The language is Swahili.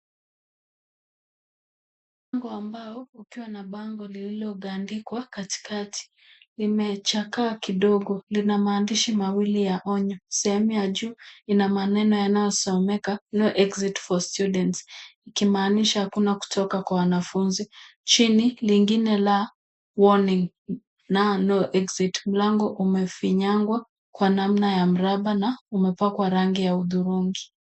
Mlango wa mbao ikiwa na bango lilogandikwa katikati limechakaa kidogo lina maandishi mawili ya onyo. Sehemu ya juu ina maneno yanayosomeka no exit for students ikimaanisha hakuna kutoka kwa wanafunzi. Chini, lingine la warning, now no exit .Mlango umefinyagwa kwa namna ya mraba na umepakwa rangi ya hudhurungi.